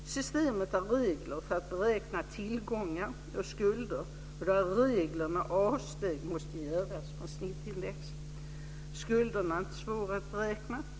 Systemet har regler för att beräkna tillgångar och skulder och det har regler när avsteg måste göras från snittindexet. Skulderna är inte svåra att beräkna.